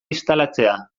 instalatzea